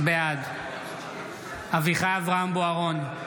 בעד אביחי אברהם בוארון,